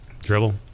dribble